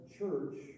church